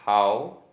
how